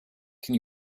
can